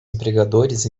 empregadores